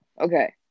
Okay